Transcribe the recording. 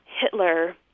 Hitler